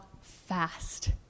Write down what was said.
fast